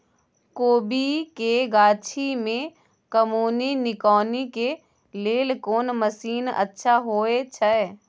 कोबी के गाछी में कमोनी निकौनी के लेल कोन मसीन अच्छा होय छै?